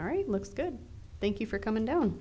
all right looks good thank you for coming down